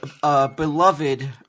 beloved